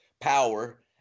power